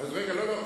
אז רגע,